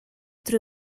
drwy